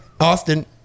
Austin